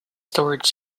storage